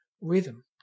rhythm